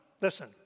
Listen